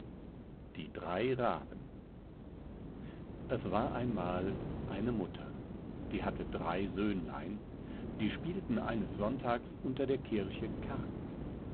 die drei raben es war einmal eine mutter die hatte drei söhnlein die spielten eines sonntags unter der kirche karten